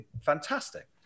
fantastic